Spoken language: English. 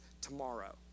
tomorrow